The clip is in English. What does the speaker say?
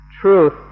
truth